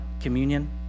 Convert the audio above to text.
communion